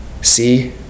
see